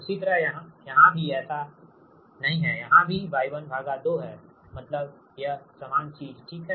उसी तरह से यहाँ भी ऐसा नही है यहाँ भी Y12 हैमतलब यह सामान चीज ठीक है